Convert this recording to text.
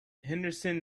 henderson